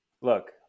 Look